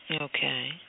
Okay